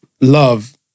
Love